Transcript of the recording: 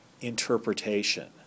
interpretation